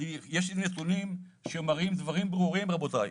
יש לי נתונים שמראים דברים ברורים, רבותיי.